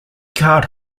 card